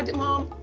and mom,